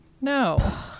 No